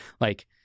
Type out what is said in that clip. like-